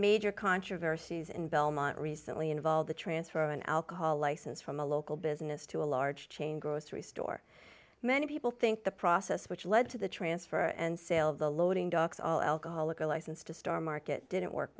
major controversies in belmont recently involve the transfer of an alcohol license from a local business to a large chain grocery store many people think the process which led to the transfer and sale of the loading docks all alcoholic a license to star market didn't work